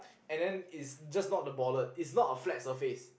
and then it's just not the bollard it's not a flat surface